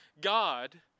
God